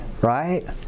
right